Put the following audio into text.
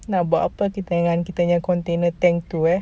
nak buat apa dengan kita punya container tank itu eh